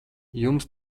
jums